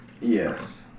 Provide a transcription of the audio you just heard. Yes